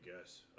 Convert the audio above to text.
guess